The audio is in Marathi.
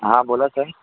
हां बोला सर